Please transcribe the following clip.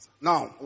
Now